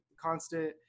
constant